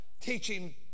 teaching